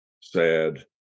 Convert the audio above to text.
sad